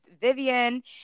Vivian